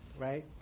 right